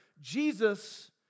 Jesus